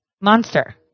monster